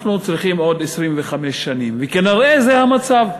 אנחנו צריכים עוד 25 שנים, וכנראה זה המצב.